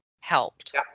helped